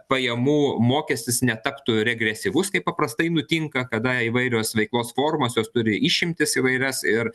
pajamų mokestis netaptų regresyvus kaip paprastai nutinka kada įvairios veiklos formos jos turi išimtis įvairias ir